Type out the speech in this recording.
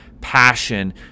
passion